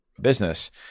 business